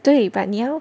对 but 你要